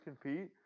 compete